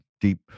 deep